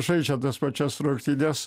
žaidžia tas pačias rungtynes